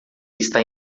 está